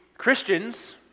Christians